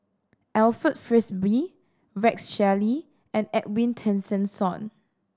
Alfred Frisby Rex Shelley and Edwin Tessensohn